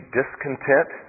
discontent